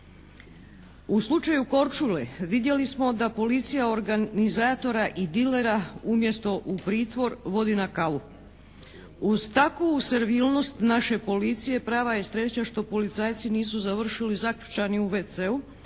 U slučaju "Korčule" vidjeli smo da policija organizatora i dilera umjesto u pritvor vodi na kavu. Uz takvu servilnost naše policije prava je sreća što policajci nisu završili zaključani u WC-u